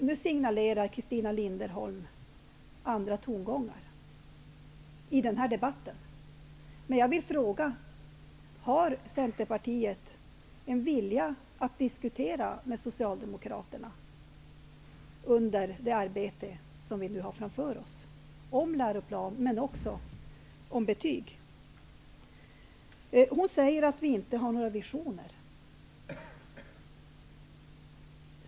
Nu signalerar Christina Linderholm andra tongångar i den här debatten. Men jag vill fråga: Har Centerpartiet en vilja att under det arbete som vi har framför oss diskutera med Socialdemokraterna om en läroplan men också om betyg? Christina Linderholm säger att vi socialdemokrater inte har några visioner.